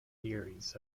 theories